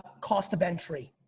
cost of entry.